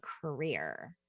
career